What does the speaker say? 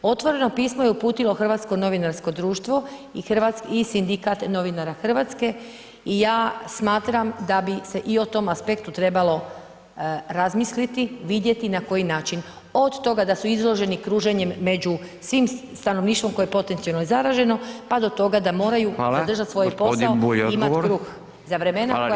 Otvoreno pismo je uputilo Hrvatsko novinarsko društvo i Sindikat novinara Hrvatske i ja smatram bi se i o tom aspektu trebalo razmisliti, vidjeti na koji način od toga da su izloženi kruženjem među svim stanovništvom koje je potencijalno zaraženo pa do toga da moraju zadržati svoj posao i imati kruh za vremena koja dolaze.